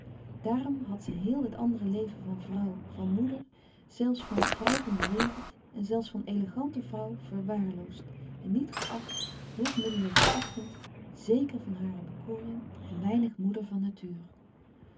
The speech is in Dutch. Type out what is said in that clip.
daarom had ze heel het andere leven van vrouw van moeder zelfs van vrouw van de wereld en zelfs van elegante vrouw louis couperus van oude menschen de dingen die voorbij gaan verwaarloosd en niet geacht hulpmiddelen verachtend zéker van hare bekoring en weinig moeder van natuur